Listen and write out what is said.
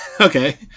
Okay